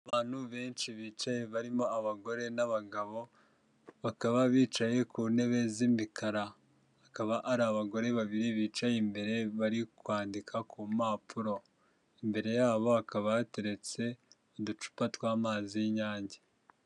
Abantu benshi bicaye barimo abagore n'abagabo bakaba bicaye ku ntebe z'imikara, akaba ari abagore babiri bicaye imbere bari kwandika ku mpapuro imbere yabo hakaba hateretse uducupa tw'amazi y'inyange.